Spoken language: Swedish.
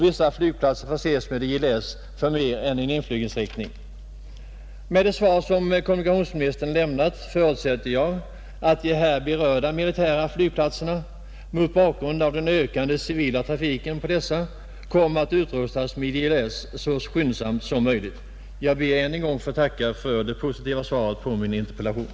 — Vissa flygplatser förses med ILS för mer än en inflygningsriktning.” Med det svar som kommunikationsministern lämnat förutsätter jag att de här berörda militära flygplatserna, mot bakgrund av den ökande civila trafiken på dessa, kommer att utrustas med ILS så skyndsamt som möjligt. Jag ber att än en gång få tacka för det positiva svaret på min interpellation.